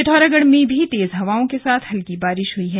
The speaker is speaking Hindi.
पिथौरागढ़ में भी तेज हवाओं के साथ हल्की बारिश हुई है